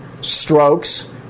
strokes